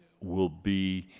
will be,